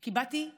כי באתי לשנות,